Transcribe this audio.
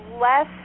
less